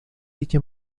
dicha